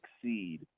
succeed